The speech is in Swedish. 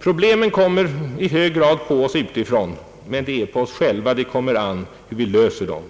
Problemen kommer på oss utifrån, men det är i hög grad på oss själva det kommer an hur vi löser dem.